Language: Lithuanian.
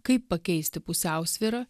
kaip pakeisti pusiausvyrą